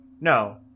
No